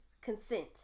consent